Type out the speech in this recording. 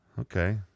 Okay